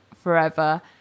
forever